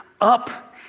up